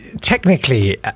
Technically